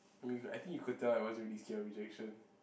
I mean I think you could tell I wasn't really scared of rejection